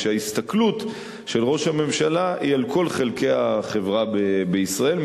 כשההסתכלות של ראש הממשלה היא על כל חלקי החברה בישראל,